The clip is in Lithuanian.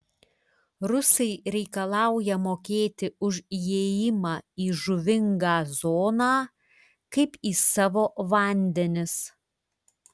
rusai reikalauja mokėti už įėjimą į žuvingą zoną kaip į savo vandenis